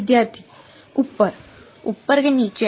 Above or below